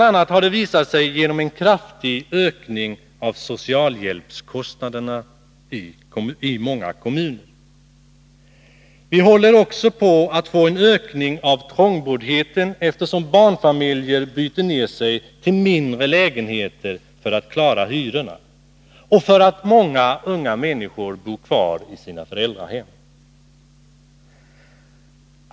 a. har detta visat sig genom en kraftig ökning av socialhjälpskostnaderna i många kommuner. Vi håller på att få en ökning av trångboddheten, eftersom barnfamiljer byter ner sig till mindre lägenheter för att klara hyrorna och eftersom många unga människor bor kvar i sina föräldrahem.